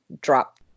drop